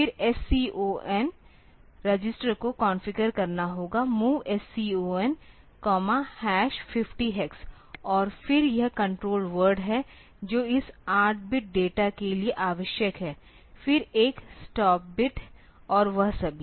फिर SCON register को configure करना होगा MOV SCON 50hex और फिर यह कण्ट्रोल वर्ड है जो इस 8 बिट डेटा के लिए आवश्यक है फिर 1 स्टॉप बिट और वह सभी